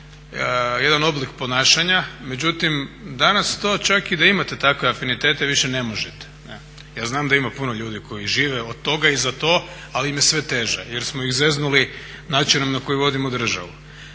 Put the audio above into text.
jedan oblik ponašanja. Međutim, danas to čak i da imate takve afinitete više ne možete. Ja znam da ima puno ljudi koji žive od toga i za to, ali im je sve teže jer smo ih zeznuli načinom na koji vodimo državu.